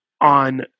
on